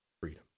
freedom